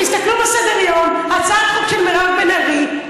תסתכלו בסדר-יום: הצעת חוק של מירב בן ארי,